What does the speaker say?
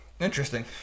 Interesting